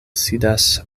sidas